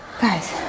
Guys